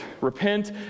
Repent